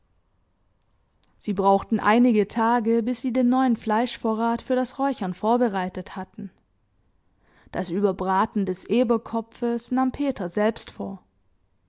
sie brauchten einige tage bis sie den neuen fleischvorrat für das räuchern vorbereitet hatten das überbraten des eberkopfes nahm peter selbst vor